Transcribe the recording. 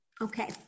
okay